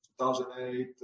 2008